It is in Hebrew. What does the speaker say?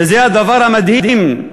וזה הדבר המדהים,